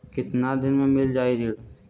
कितना दिन में मील जाई ऋण?